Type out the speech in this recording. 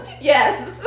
yes